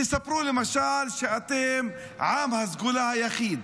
תספרו, למשל, שאתם עם הסגולה היחיד,